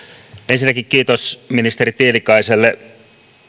ensinnäkin kiitos ministeri tiilikaiselle asian